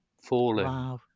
falling